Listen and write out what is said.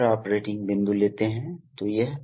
जब कम्प्रेस्ड हवा की आपूर्ति की इतनी आवश्यकता नहीं है